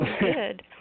Good